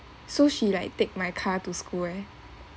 so she like take my car to school eh